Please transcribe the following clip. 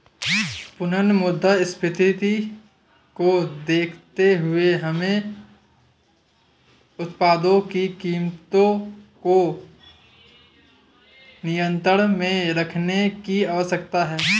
पुनः मुद्रास्फीति को देखते हुए हमें उत्पादों की कीमतों को नियंत्रण में रखने की आवश्यकता है